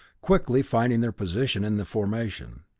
quickly finding their position in the formation.